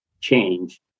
change